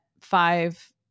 five